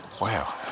Wow